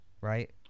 right